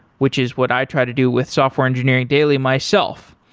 which is what i try to do with software engineering daily myself.